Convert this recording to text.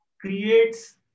creates